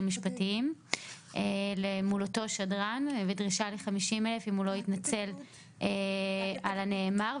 משפטיים לאותו שדרן ודרישה ל-50,000 שקלים אם הוא לא יתנצל על הנאמר.